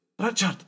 Richard